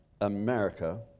America